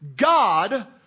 God